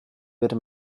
werde